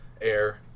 air